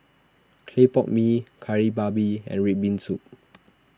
Clay Pot Mee Kari Babi and Red Bean Soup